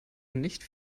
nicht